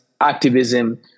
activism